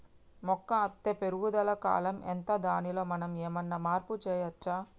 మొక్క అత్తే పెరుగుదల కాలం ఎంత దానిలో మనం ఏమన్నా మార్పు చేయచ్చా?